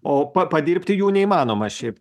o padirbti jų neįmanoma šiaip